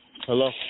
Hello